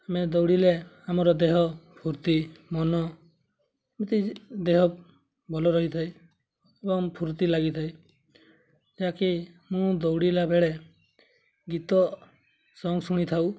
ଆମେ ଦୌଡ଼ିଲେ ଆମର ଦେହ ଫୁର୍ତ୍ତି ମନ ଏମିତି ଦେହ ଭଲ ରହିଥାଏ ଏବଂ ଫୁର୍ତ୍ତି ଲାଗିଥାଏ ଯାହାକି ମୁଁ ଦୌଡ଼ିଲା ବେଳେ ଗୀତ ସଙ୍ଗ୍ ଶୁଣିଥାଉ